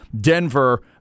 Denver